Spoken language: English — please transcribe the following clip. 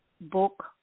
book